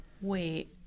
wait